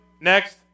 next